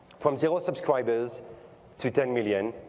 from zero subscribers to ten million,